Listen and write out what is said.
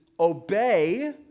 Obey